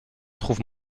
trouve